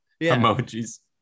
Emojis